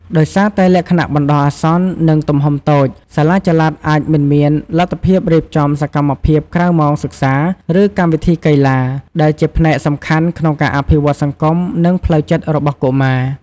ដោយសារតែលក្ខណៈបណ្ដោះអាសន្ន និងទំហំតូច សាលាចល័តអាចមិនមានលទ្ធភាពរៀបចំសកម្មភាពក្រៅម៉ោងសិក្សា ឬកម្មវិធីកីឡា ដែលជាផ្នែកសំខាន់ក្នុងការអភិវឌ្ឍសង្គម និងផ្លូវចិត្តរបស់កុមារ។